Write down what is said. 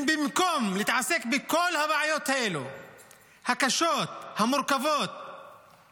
במקום להתעסק בכל הבעיות הקשות והמורכבות האלה,